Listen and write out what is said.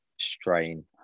strain